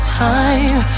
time